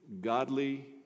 Godly